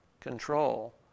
control